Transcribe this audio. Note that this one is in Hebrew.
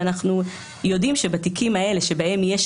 ולכן שם יש